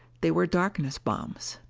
they were darkness bombs.